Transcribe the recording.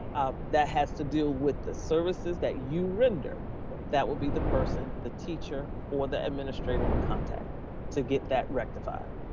ah that has to deal with the services that you render that will be the person the teacher, or the administrator would contact to get that rectified.